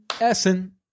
Essen